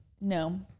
No